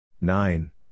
Nine